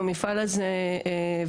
המפעל הזה וותיק,